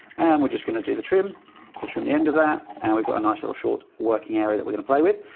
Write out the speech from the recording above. we're just going to do the trim to trim the end of that. and we've got a nice little short working area that we're gonna play with.